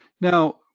Now